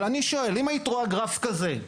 אבל אם היית רואה גרף כזה,